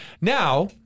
Now